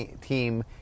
team